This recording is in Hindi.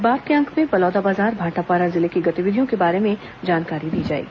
इस बार के अंक में बलौदाबाजार भाटापारा जिले की गतिविधियों के बारे में जानकारी दी जाएगी